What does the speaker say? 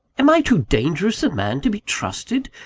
am i too dangerous a man to be trusted?